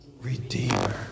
redeemer